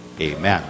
Amen